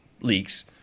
leaks